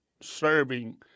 serving